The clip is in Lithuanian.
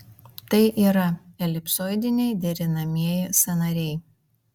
tai yra elipsoidiniai derinamieji sąnariai